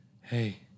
hey